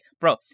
bro